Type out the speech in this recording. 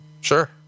Sure